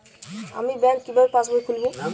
আমি ব্যাঙ্ক কিভাবে পাশবই খুলব?